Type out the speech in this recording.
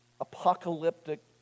apocalyptic